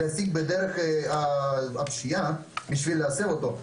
ולהשיג אותם בדרך של פשיעה כדי להסב אותו,